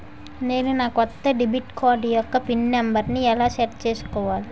నేను నా కొత్త డెబిట్ కార్డ్ యెక్క పిన్ నెంబర్ని ఎలా సెట్ చేసుకోవాలి?